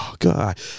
God